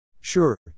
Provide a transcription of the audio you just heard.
Sure